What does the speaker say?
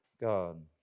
God